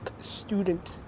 student